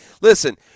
Listen